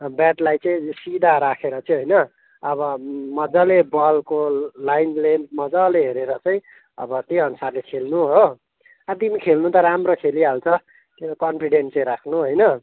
ब्याटलाई चाहिँ सिधा राखेर चाहिँ होइन अब मजाले बलको लाइन लेन्थ मजाले हेरेर चाहिँ अब त्यहीअनुसारले खेल्नु हो अब तिमी खेल्नु त राम्रो खेलिहाल्छौ त्यो कन्फिडेन्ट चाहिँ राख्नु होइन